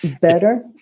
Better